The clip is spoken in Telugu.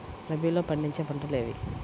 రబీలో పండించే పంటలు ఏవి?